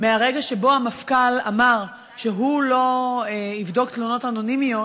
מהרגע שהמפכ"ל אמר שהוא לא יבדוק תלונות אנונימיות,